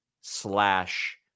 slash